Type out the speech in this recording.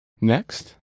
Next